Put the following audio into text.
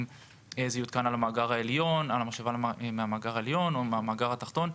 למשל אם המשאבה היא מהמאגר העליון או התחתון.